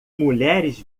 mulheres